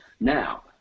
Now